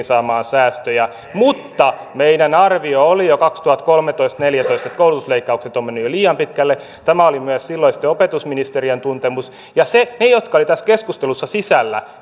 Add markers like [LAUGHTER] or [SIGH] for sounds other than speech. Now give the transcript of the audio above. [UNINTELLIGIBLE] saamaan säästöjä mutta meidän arviomme oli jo kaksituhattakolmetoista viiva neljätoista että koulutusleikkaukset ovat menneet jo liian pitkälle tämä oli myös silloisten opetusministerien tuntemus ja ne jotka eri puolueista olivat tässä keskustelussa sisällä